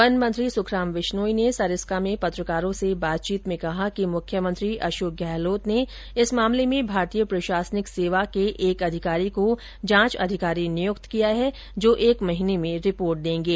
one मंत्री सुखराम विश्नोई ने सरिस्का में पत्रकारों से बातचीत में कहा कि मुख्यमंत्री अशोक गहलोत ने इस मामले में भारतीय प्रशासनिक सेवा के एक अधिकारी को जांच अधिकारी नियुक्त किया है जो एक माह में रिपोर्ट देंगे